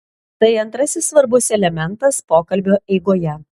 tai antrasis svarbus elementas pokalbio eigoje